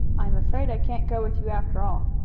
i am afraid i can't go with you after all.